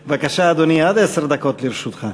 בבקשה, אדוני, עד עשר דקות לרשותך.